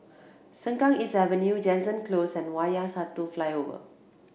Sengkang East Avenue Jansen Close and Wayang Satu Flyover